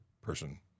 person